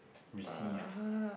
received